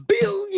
billion